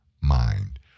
mind